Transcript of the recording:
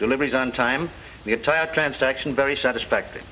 deliveries on time the entire transaction very satisfactory